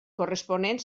corresponent